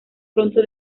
pronto